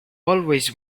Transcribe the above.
always